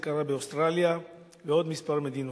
זה קרה באוסטרליה ובעוד כמה מדינות.